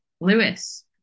Lewis